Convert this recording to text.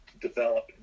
develop